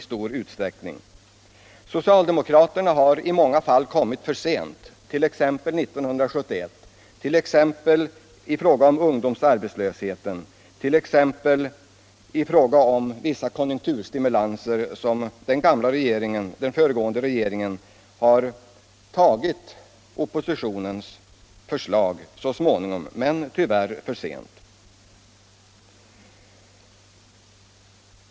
Socialdemokraterna har i många fall kommit för sent, t.ex. 1971, t.ex. i fråga om arbetslösheten, t.ex. i fråga om vissa konjunkturstimulanser — där föregående regering har tagit oppositionens förslag så småningom, men tyvärr för sent.